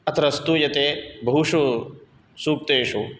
अत्र स्तूयते बहुषु सूक्तेषु